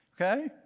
Okay